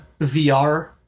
VR